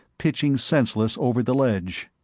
pitching senseless over the ledge.